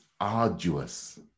arduous